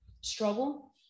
struggle